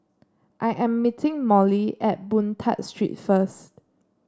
I am meeting Molly at Boon Tat Street first